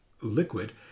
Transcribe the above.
liquid